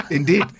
Indeed